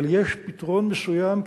אבל יש פתרון מסוים,